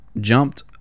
jumped